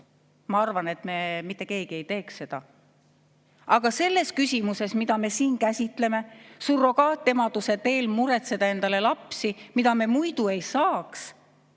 Ma arvan, et me keegi ei teeks seda. Aga selle küsimuse puhul, mida me siin käsitleme – surrogaatema abil muretseda endale lapsi, keda me muidu ei saaks